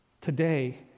today